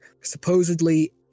supposedly